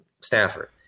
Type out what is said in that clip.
Stafford